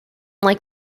like